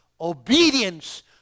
obedience